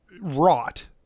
rot